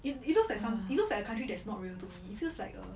it it looks like some it looks like a country that's not real to me it feels like a